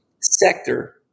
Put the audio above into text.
sector